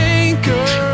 anchor